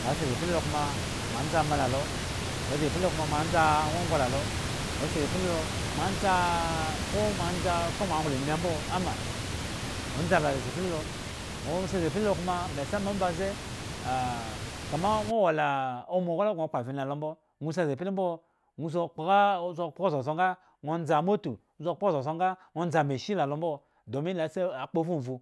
Mosi sapli kumamdza ama lalo mo si sapli kuma ndza angongo la lo mo si saphi lo ma ko ma ndza okhro mo nglo mi mbo ama o ndza la sapki lo sko supli lo kuma mai sama ombaze "aah" kama nwo wo la omo nki la nwo kpo amfani la lombo siwo sikpkaa sikpka soosoo nga o ndza amatu nwo sikpka soosoo nga on bza machine lalo mbo domin laa kpo funvu